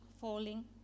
falling